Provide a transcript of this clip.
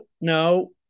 no